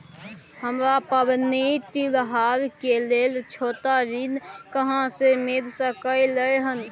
हमरा पबनी तिहार के लेल छोट ऋण कहाँ से मिल सकलय हन?